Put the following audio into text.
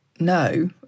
no